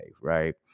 right